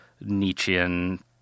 Nietzschean